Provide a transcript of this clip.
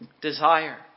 desire